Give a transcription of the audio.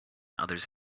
others